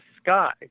sky